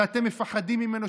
שאתם מפחדים ממנו,